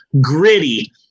gritty